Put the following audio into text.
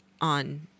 on